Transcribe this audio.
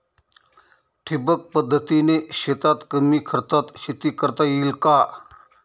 ठिबक पद्धतीने शेतात कमी खर्चात शेती करता येईल का?